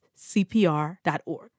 CPR.org